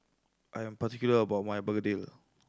I am particular about my begedil